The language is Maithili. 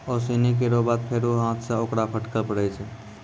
ओसौनी केरो बाद फेरु हाथ सें ओकरा फटके परै छै